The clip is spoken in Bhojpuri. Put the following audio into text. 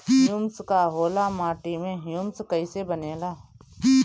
ह्यूमस का होला माटी मे ह्यूमस कइसे बनेला?